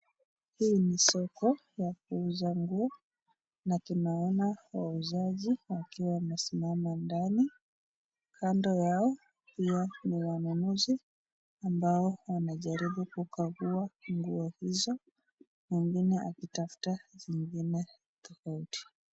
Hii ni soko ya kuuza nguo na tunaona wauzajivwakiwa wamesima ndani kando yao ni wanunusi ambao wanajaribu kukagua nguo hizo mwengine akitafuta zingine tafauti.